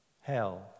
Hell